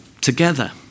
together